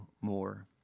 more